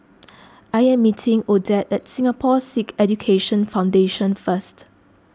I am meeting Odette at Singapore Sikh Education Foundation First